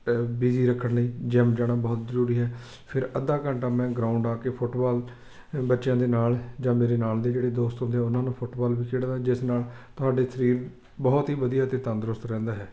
busy ਰੱਖਣ ਲਈ gym ਜਾਣਾ ਬਹੁਤ ਜ਼ਰੂਰੀ ਹੈ ਫਿਰ ਅੱਧਾ ਘੰਟਾ ਮੈਂ ਗਰਾਊਂਡ ਆ ਕੇ ਫੁੱਟਬਾਲ ਬੱਚਿਆਂ ਦੇ ਨਾਲ ਜਾਂ ਮੇਰੇ ਨਾਲ ਦੇ ਜਿਹੜੇ ਦੋਸਤ ਹੁੰਦੇ ਆ ਉਹਨਾਂ ਨਾਲ ਫੁੱਟਬਾਲ ਵੀ ਖੇਡਦਾ ਜਿਸ ਨਾਲ ਤੁਹਾਡੇ ਸਰੀਰ ਬਹੁਤ ਹੀ ਵਧੀਆ ਅਤੇ ਤੰਦਰੁਸਤ ਰਹਿੰਦਾ ਹੈ